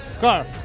car,